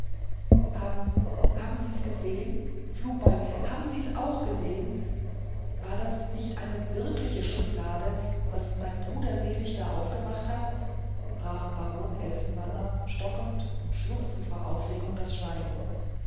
haben haben sie's gesehen flugbeil haben sie's auch gesehen war das nicht eine wirkliche schublade was mein bruder selig da aufgemacht hat brach baron elsenwanger stockend und schluchzend vor aufregung das schweigen